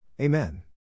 Amen